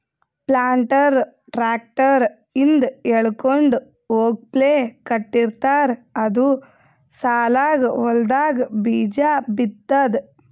planter tractor ಹಿಂದ್ ಎಳ್ಕೊಂಡ್ ಹೋಗಪ್ಲೆ ಕಟ್ಟಿರ್ತಾರ್ ಅದು ಸಾಲಾಗ್ ಹೊಲ್ದಾಗ್ ಬೀಜಾ ಬಿತ್ತದ್